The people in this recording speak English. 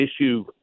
issue